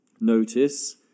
Notice